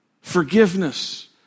Forgiveness